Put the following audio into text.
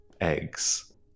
eggs